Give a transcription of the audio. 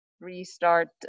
restart